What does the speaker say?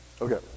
okay